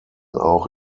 auch